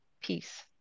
peace